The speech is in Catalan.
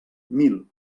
mil